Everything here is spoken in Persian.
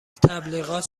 تبلیغات